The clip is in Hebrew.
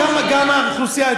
גם האוכלוסייה,